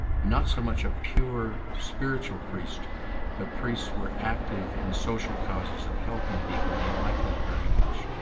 not so much a pure spiritual priest but priests were active in social causes and helping people and he liked that very much.